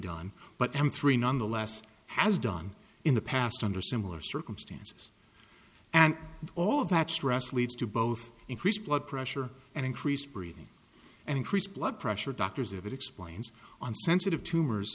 done but m three nonetheless has done in the past under similar circumstances and all of that stress leads to both increased blood pressure and increased breathing and increased blood pressure doctors have it explains on sensitive tumors